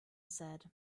said